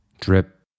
drip